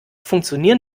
funktionieren